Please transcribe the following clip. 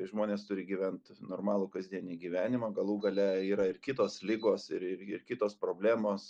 žmonės turi gyvent normalų kasdienį gyvenimą galų gale yra ir kitos ligos ir ir ir kitos problemos